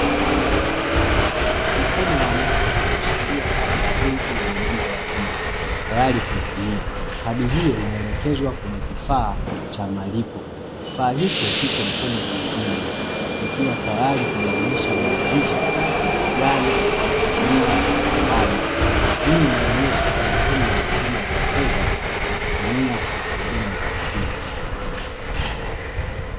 Mkono wa mtu unashikilia kadi ya benki yenye nembo ya "VISA" tayari kuitumia, kadi hiyo inaelekezwa kwenye kifaa cha malipo. Kifaa hicho kiko mkono mwingine kikiwa tayari kinaonyesha maagizo jinsi gani ya kutumia kadi. Hii inaonyesha umuhimu wa huduma za fedha kwa kutumia huduma za simu.